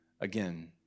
Again